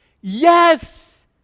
yes